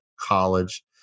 college